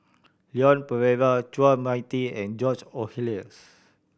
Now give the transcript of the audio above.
Leon Perera Chua Mia Tee and George Oehlers